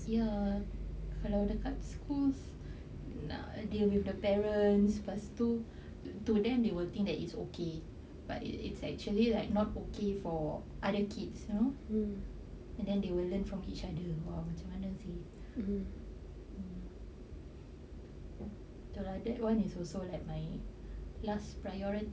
ya kalau dekat schools nak deal with the parents pastu to them they will think that it's okay but it it's actually like not okay for other kids you know and then they will learn from each other !wah! macam mana seh mm ya lah that [one] is also like my last priority